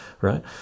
right